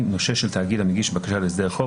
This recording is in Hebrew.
נושה של תאגיד המגיש בקשה להסדר חוב,